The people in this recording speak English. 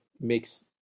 makes